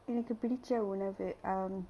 எனக்கு பிடிச்ச உணவு:enaku pidicha unavu um